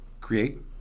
create